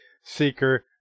Seeker